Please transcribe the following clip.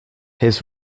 his